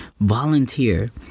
Volunteer